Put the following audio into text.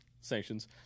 sanctions